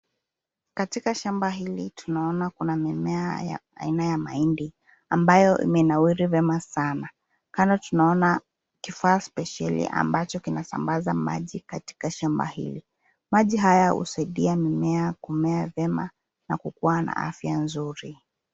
Katika shamba hili tunaona kuna mimea ya aina ya mahindi, ambayo imenawiri vyema sana. Kando tunaona kifaa spesheli ambacho kinasambaza maji katika shamba hili. Maji haya husaidia mimea kumea vyema, na kukua na afya nzuri.